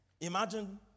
imagine